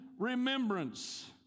remembrance